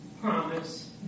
promise